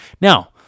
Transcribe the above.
now